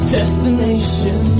destination